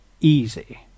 easy